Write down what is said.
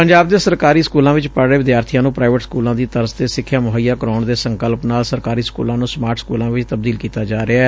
ਪੰਜਾਬ ਦੇ ਸਰਕਾਰੀ ਸਕੂਲਾਂ ਚ ਪੜ੍ਹ ਰਹੇ ਵਿਦਿਆਰਥੀਆਂ ਨੂੰ ਪ੍ਰਾਈਵੇਟ ਸਕੂਲਾਂ ਦੀ ਤਰਜ਼ ਤੇ ਸਿੱਖਿਆ ਮੁਹੱਈਆ ਕਰਵਾਉਣ ਦੇ ਸੰਕਨਪ ਨਾਲ ਸਰਕਾਰੀ ਸਕੂਲਾਂ ਨੂੰ ਸਮਾਰਟ ਸਕੂਲਾਂ ਵਿਚ ਤਬਦੀਲ ਕੀਤਾ ਜਾ ਰਿਹੈ